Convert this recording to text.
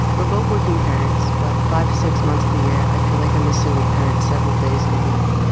we're both working parents, but five to six months of the year. i feel like i'm a single parent several days of the week.